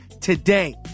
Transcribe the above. today